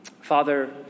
Father